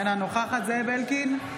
אינה נוכחת זאב אלקין,